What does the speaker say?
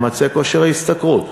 ממצה כושר ההשתכרות,